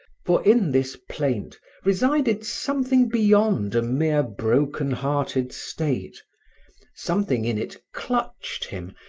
for in this plaint resided something beyond a mere broken-hearted state something in it clutched him,